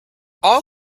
all